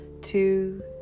two